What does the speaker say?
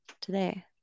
today